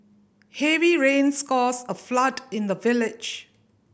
heavy rains caused a flood in the village